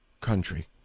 country